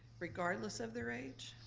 regardless of their age?